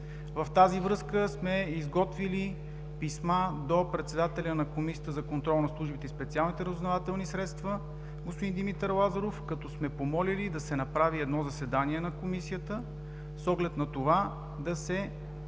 В тази връзка сме изготвили писма до председателя на Комисията за контрол над службите и специалните разузнавателни средства, господин Димитър Лазаров, като сме помолили да се направи едно заседание на Комисията, с оглед на това да се изчисти